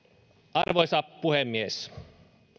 arvoisa puhemies